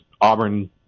Auburn